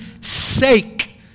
sake